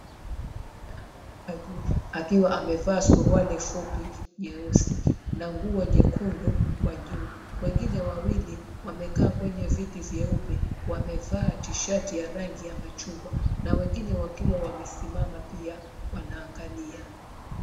Na anaruka juu akiwa amevaa suruali fupi jeusi na nguo nyekundu kwa juu. Wengine wawili wamekaa kwenye viti vyeupe. Wamevaa tishati ya rangi ya machungwa na wengine wakiwa wamesimama pia wanaangalia.